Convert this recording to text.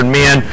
men